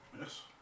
Yes